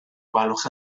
gwelwch